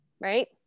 Right